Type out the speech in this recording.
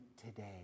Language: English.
today